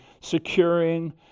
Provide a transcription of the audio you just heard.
securing